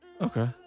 Okay